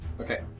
Okay